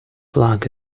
flag